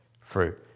fruit